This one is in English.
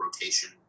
rotation